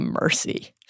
mercy